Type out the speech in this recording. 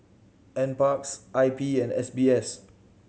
Nparks I P and S B S